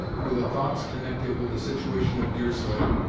were the thoughts connected with the situation of deerslayer,